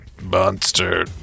monster